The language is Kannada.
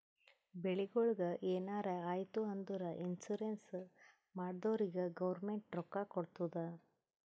ಬೆಳಿಗೊಳಿಗ್ ಎನಾರೇ ಆಯ್ತು ಅಂದುರ್ ಇನ್ಸೂರೆನ್ಸ್ ಮಾಡ್ದೊರಿಗ್ ಗೌರ್ಮೆಂಟ್ ರೊಕ್ಕಾ ಕೊಡ್ತುದ್